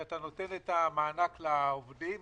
שאתה נותן את המענק לעובדים,